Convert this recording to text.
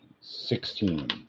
sixteen